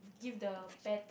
give the pet